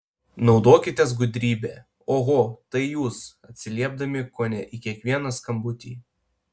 naudokitės gudrybe oho tai jūs atsiliepdami kone į kiekvieną skambutį